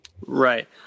right